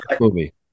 movie